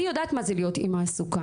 אני יודעת מה זה להיות אימא עסוקה,